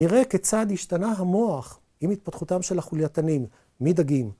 נראה כיצד השתנה המוח עם התפתחותם של החולייתנים מדגים